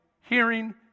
hearing